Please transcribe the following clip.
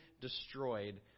destroyed